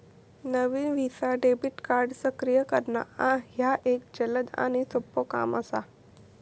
नवीन visa debit card सक्रिय करणा ह्या एक जलद आणि सोपो काम असा